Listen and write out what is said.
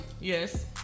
Yes